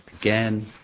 again